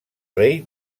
rei